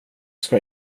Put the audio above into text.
ska